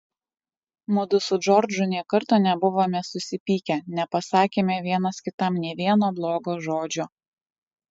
mudu su džordžu nė karto nebuvome susipykę nepasakėme vienas kitam nė vieno blogo žodžio